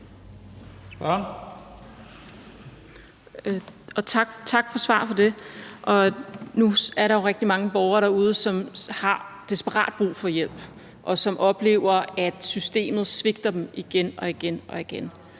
Nu er der jo rigtig mange borgere derude, som har desperat brug for hjælp, og som oplever, at systemet svigter dem igen og igen,